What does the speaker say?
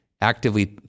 actively